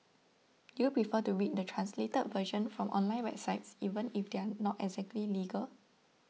do you prefer to read the translated version from online websites even if they are not exactly legal